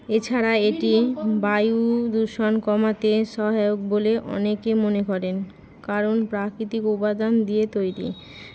এছাড়া এটি বায়ুদূষণ কমাতে সহায়ক বলে অনেকে মনে করেন কারণ প্রাকৃতিক উপাদান দিয়ে তৈরি